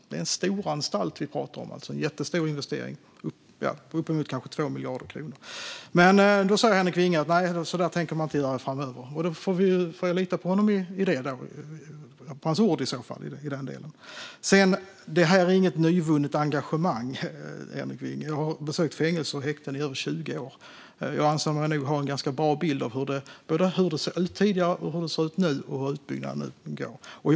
Det är en stor anstalt vi pratar om. Det är en jättestor investering, kanske på uppemot 2 miljarder kronor. Men då säger Henrik Vinge att så tänker man inte göra framöver. Då får jag lita på hans ord i den delen. Detta är inget nyvunnet engagemang, Henrik Vinge. Jag har besökt fängelser och häkten i över 20 år. Jag anser mig nog ha en ganska bra bild av hur det såg ut tidigare, hur det ser ut nu och hur det går med utbyggnaden.